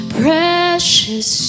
precious